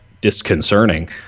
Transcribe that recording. disconcerting